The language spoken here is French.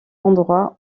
endroit